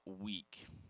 week